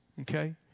okay